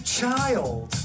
child